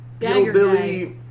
hillbilly